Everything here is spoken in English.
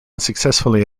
successfully